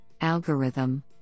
algorithm